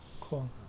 Cool